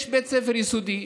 יש בית ספר יסודי,